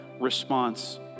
response